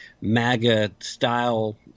MAGA-style